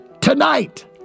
tonight